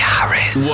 Harris